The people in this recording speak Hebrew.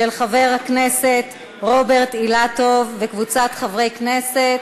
של חבר הכנסת רוברט אילטוב וקבוצת חברי הכנסת.